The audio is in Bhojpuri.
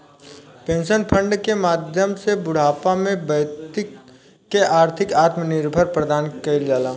पेंशन फंड के माध्यम से बूढ़ापा में बैक्ति के आर्थिक आत्मनिर्भर प्रदान कईल जाला